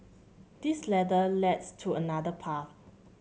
this ladder leads to another path